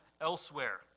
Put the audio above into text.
elsewhere